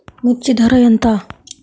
మిర్చి ధర ఎంత?